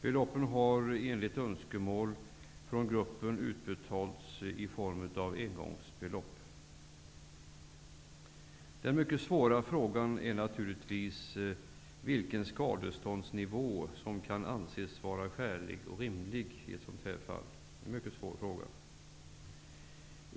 Beloppen har enligt önskemål från gruppen utbetalats i form av ett engångsbelopp. Den mycket svåra frågan är naturligtvis vilken skadeståndsnivå som kan anses vara skälig och rimlig.